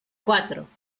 cuatro